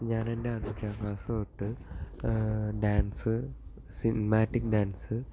ഞാനെൻറ്റെ അഞ്ചാം ക്ലാസ് തൊട്ട് dance cinematic dance